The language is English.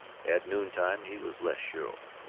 at noontime he was less sure.